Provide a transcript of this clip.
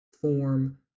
form